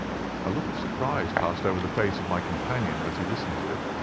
a look of surprise passed over the face of my companion as he listened to it.